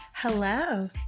Hello